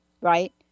right